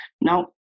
Now